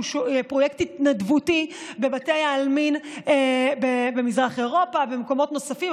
שהוא פרויקט התנדבותי בבתי העלמין במזרח אירופה ובמקומות נוספים.